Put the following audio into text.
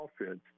offense